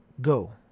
go